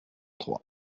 trois